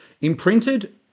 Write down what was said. imprinted